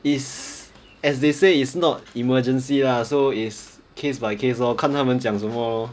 is as they say is not emergency lah so is case by case lor 看他们讲什么 lor